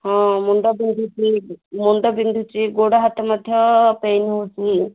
ହଁ ମୁଣ୍ଡ ବିନ୍ଧୁଛି ମୁଣ୍ଡ ବିନ୍ଧୁଛି ଗୋଡ଼ ହାତ ମଧ୍ୟ ପେନ୍ ହେଉଛି